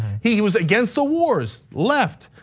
he he was against the wars, left.